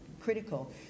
critical